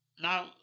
Now